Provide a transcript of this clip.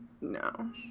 No